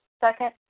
second